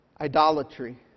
idolatry